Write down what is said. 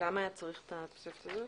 למה היה צריך את התוספת הזאת?